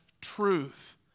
truth